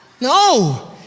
No